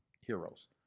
heroes